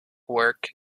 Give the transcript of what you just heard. work